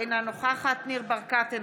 אינה נוכחת ניר ברקת,